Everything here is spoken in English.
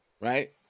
right